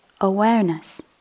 awareness